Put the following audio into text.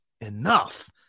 enough